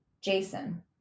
Jason